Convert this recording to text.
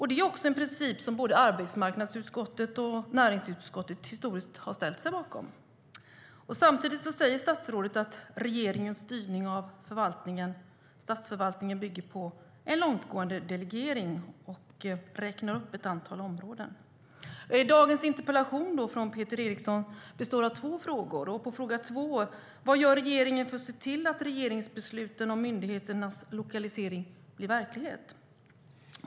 Det är också en princip som både arbetsmarknadsutskottet och näringsutskottet historiskt har ställt sig bakom. Samtidigt sade statsrådet att "regeringens styrning av statsförvaltningen bygger på en långtgående delegering" och räknade sedan upp ett antal områden. Dagens interpellation från Peter Eriksson består av två frågor. Den andra frågan löd: "Vad gör regeringen för att se till att regeringsbesluten om myndigheternas lokalisering blir verklighet?"